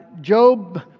Job